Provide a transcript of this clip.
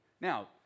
Now